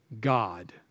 God